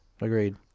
Agreed